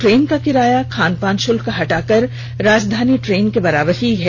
train का किराया खानपान शुल्क हटाकर राजधानी ट्रेन के बराबर ही है